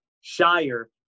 Shire